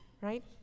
right